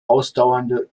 ausdauernde